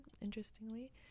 interestingly